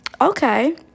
okay